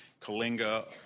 Kalinga